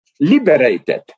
liberated